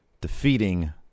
defeating